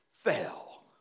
fell